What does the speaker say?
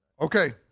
Okay